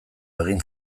egin